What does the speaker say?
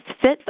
fits